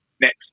next